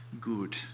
good